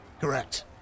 Correct